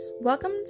Welcome